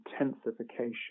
intensification